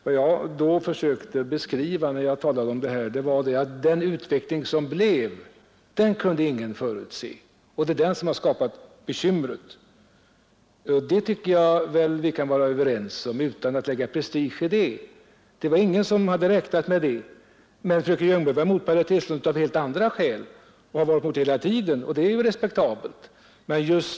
Vad jag försökte beskriva när jag talade om det här var att den utveckling som blev inte kunde förutses, och det är den som skapat bekymren. Det tycker jag väl vi kan vara överens om utan att lägga prestige i det. Det var alltså ingen som hade räknat med den utvecklingen. Men fröken Ljungberg var emot paritetslån av helt andra skäl. Hon har varit emot hela tiden, och det är ju respektabelt.